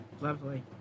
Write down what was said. Lovely